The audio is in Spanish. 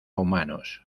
humanos